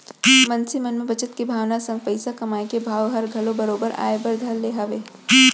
मनसे मन म बचत के भावना संग पइसा कमाए के भाव हर घलौ बरोबर आय बर धर ले हवय